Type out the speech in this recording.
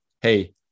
hey